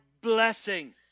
blessing